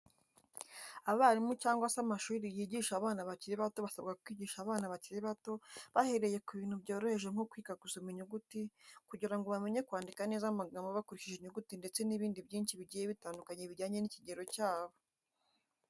Abarimu cyangwa se amashuri yigisha abana bakiri bato basabwa kwigisha abana bakiri bato bahereye ku bintu byoroheje nko kwiga gusoma inyuguti kugira ngo bamenye kwandika neza amagambo bakoresheje inyuguti ndetse n’ibindi byinshi bigiye bitandukanye bijyanye n’ikigero cyabo.